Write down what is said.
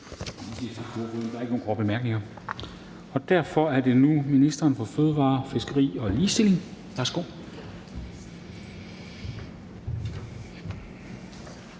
Der er ikke nogen korte bemærkninger, og derfor er det nu ministeren for fødevarer, fiskeri og ligestilling. Værsgo.